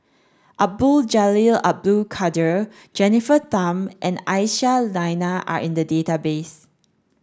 Abdul Jalil Abdul Kadir Jennifer Tham and Aisyah Lyana are in the database